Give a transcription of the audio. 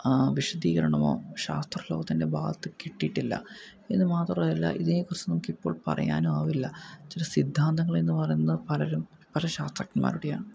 വിശദീകരണമോ ശാസ്ത്രലോകത്തിൻ്റെ ഭാഗത്തു കിട്ടീട്ടില്ല ഇതിനുമാത്രമല്ല ഇതിനെക്കുറിച്ചു നമുക്കിപ്പോൾ പറയാനും ആവില്ല ചില സിദ്ധാന്തങ്ങൾ എന്നുപറയുന്നത് പലരും പല ശാസ്ത്രജ്ഞന്മാരുടേയാണ്